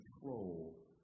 control